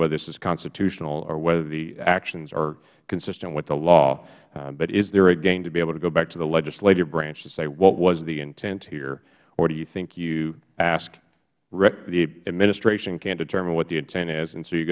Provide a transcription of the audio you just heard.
whether this is constitutional or whether the actions are consistent with the law but is there a gain to be able to go back to the legislative branch to say what was the intent here or do you think you ask the administration can't determine what the intent is and so you